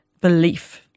belief